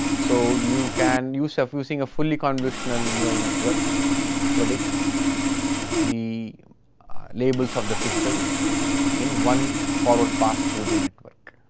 so you can use surf using fully convolutional neural network predict and the labels of the pixels in one forward pass through the network.